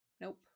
nope